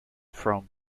from